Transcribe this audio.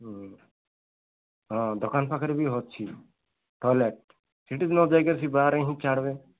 ହ ହଁ ଦୋକାନ ପାଖରେ ବି ଅଛି ଟଏଲେଟ ସେଠିକି ନ ଯାଇକିରି ସେ ବାହାରେ ହିଁ ଛାଡ଼ିବେ